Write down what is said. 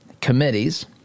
committees—